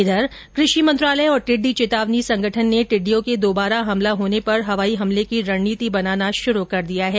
इधर कृषि मंत्रालय और टिड्डी चेतावनी संगठन ने टिड्डियों के दुबारा हमला होने पर हवाई हमले की रणनीति बनाना शुरू कर दिया है